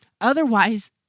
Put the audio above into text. Otherwise